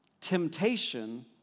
temptation